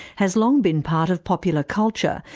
has long been part of popular culture,